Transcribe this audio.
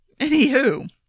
anywho